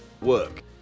Work